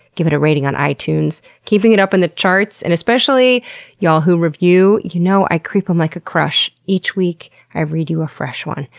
give it a rating on itunes, keeping it up in the charts, and especially y'all who review. you know i creep em like a crush. each week i read you a fresh one,